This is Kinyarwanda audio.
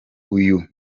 uyu